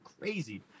crazy